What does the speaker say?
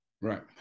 Right